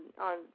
on